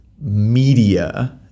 media